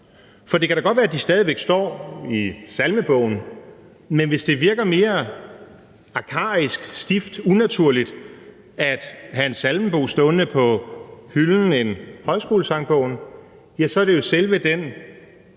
for det kan da godt være, at de stadig væk står i salmebogen, men hvis det virker mere arkaisk, stift, unaturligt at have en salmebog stående på hylden end Højskolesangbogen, ja, så er det jo selve den